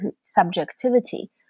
subjectivity